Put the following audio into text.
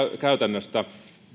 käytännöstä